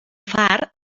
far